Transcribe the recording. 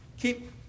Keep